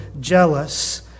jealous